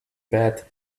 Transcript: bed